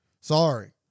Sorry